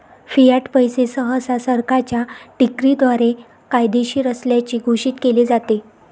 Fiat पैसे सहसा सरकारच्या डिक्रीद्वारे कायदेशीर असल्याचे घोषित केले जाते